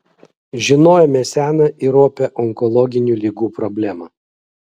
žinojome seną ir opią onkologinių ligų problemą